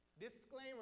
Disclaimer